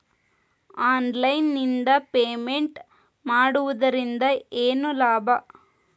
Online ನಿಂದ payment ಮಾಡುವುದರಿಂದ ಏನು ಲಾಭ?